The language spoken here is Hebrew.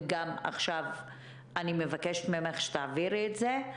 ועכשיו אני מבקשת ממך שתעבירי את זה,